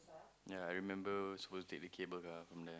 yea I remember supposed take the cable car from there